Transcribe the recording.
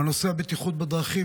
בנושא הבטיחות בדרכים,